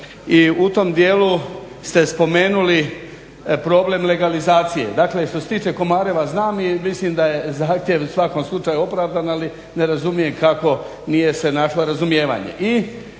I u tom dijelu ste spomenuli problem legalizacije. Dakle, što se tiče Komareva znam i mislim da je zahtjev u svakom slučaju opravdan, ali ne razumijem kako nije se našlo razumijevanje?